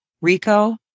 rico